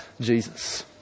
Jesus